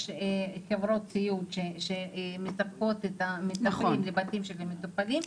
יש חברות סיעוד שמספקות את המטפלות לבתים של המטופלים.